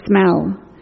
smell